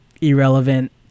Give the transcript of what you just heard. irrelevant